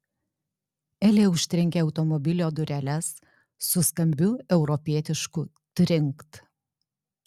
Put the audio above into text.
elė užtrenkė automobilio dureles su skambiu europietišku trinkt